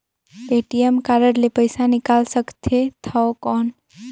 ATM card ले पइसा निकाल सकथे थव कौन?